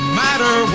matter